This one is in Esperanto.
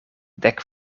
dek